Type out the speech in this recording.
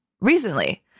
recently